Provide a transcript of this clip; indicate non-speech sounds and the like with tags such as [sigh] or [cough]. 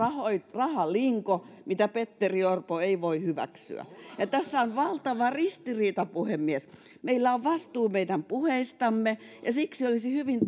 rahalinko mitä petteri orpo ei voi hyväksyä ja tässä on valtava ristiriita puhemies meillä on vastuu meidän puheistamme ja siksi olisi hyvin [unintelligible]